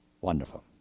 Wonderful